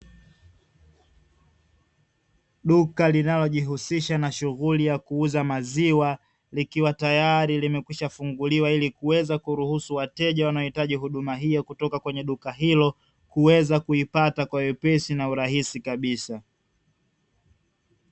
Duka linalojihusisha na shughuli ya kuuza maziwa Likiwa tayari limekwisha funguliwa ili kuweza kuruhusu wateja wanaoitaji huduma hiyo kwenye duka hilo kuweza kuzipata kwa wepesi na urahisi kabisa.